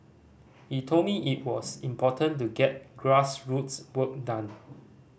he told me it was important to get grassroots work done